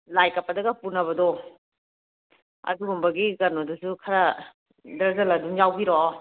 ꯂꯥꯏ ꯀꯠꯄꯗꯒ ꯄꯨꯅꯕꯗꯣ ꯑꯗꯨꯒꯨꯝꯕꯒꯤ ꯀꯩꯅꯣꯗꯨꯁꯨ ꯈꯔ ꯗꯔꯖꯟ ꯑꯗꯨꯝ ꯌꯥꯎꯕꯤꯔꯛꯑꯣ